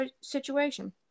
situation